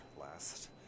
last